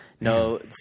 No